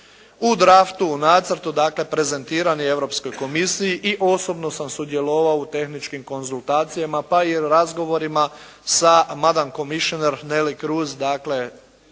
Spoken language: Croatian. u draftu u nacrtu dakle prezentirani Europskoj komisiji i osobno sam sudjelovao u tehničkim konzultacijama pa i razgovorima sa … Commissioner, Neelie Kroes dakle